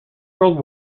world